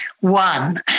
One